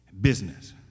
business